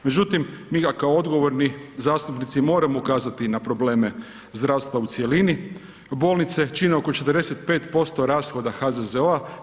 Međutim, mi kao odgovorni zastupnici moramo ukazati na probleme zdravstva u cjelini bolnice čine oko 45% rashoda HZZO-a.